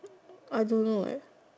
I don't know eh